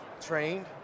trained